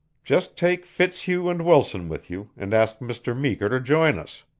just take fitzhugh and wilson with you, and ask mr. meeker to join us.